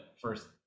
first